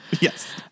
Yes